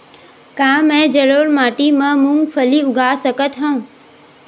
का मैं जलोढ़ माटी म मूंगफली उगा सकत हंव?